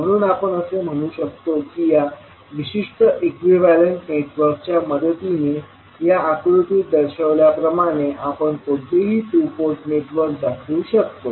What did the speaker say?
म्हणून आपण असे म्हणू शकतो की या विशिष्ट इक्विवलेंट नेटवर्कच्या मदतीने या आकृतीत दर्शविल्याप्रमाणे आपण कोणतेही टू पोर्ट नेटवर्क दाखवु शकतो